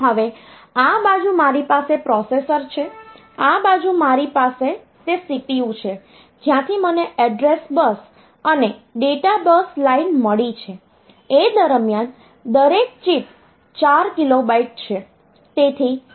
હવે આ બાજુ મારી પાસે પ્રોસેસર છે આ બાજુ મારી પાસે તે CPU છે જ્યાંથી મને એડ્રેસ બસ અને ડેટા બસ લાઇન મળી છે એ દરમ્યાન દરેક ચિપ 4KB છે